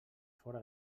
fora